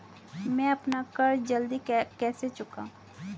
मैं अपना कर्ज जल्दी कैसे चुकाऊं?